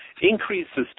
increases